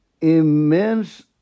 immense